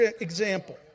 example